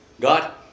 God